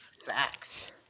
Facts